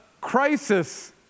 crisis